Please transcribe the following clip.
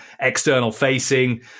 external-facing